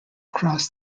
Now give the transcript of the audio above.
cross